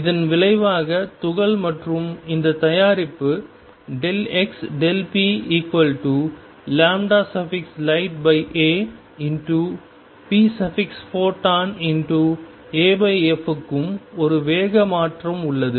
இதன் விளைவாக துகள் மற்றும் இந்த தயாரிப்பு xplightapphotonaf க்கும் ஒரு வேக மாற்றம் உள்ளது